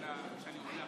כספים.